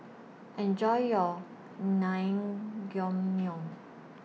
Enjoy your